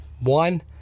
One